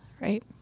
Right